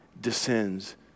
descends